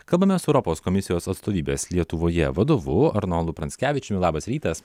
kalbame su europos komisijos atstovybės lietuvoje vadovu arnoldu pranckevičiumi labas rytas